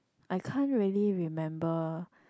I can't really remember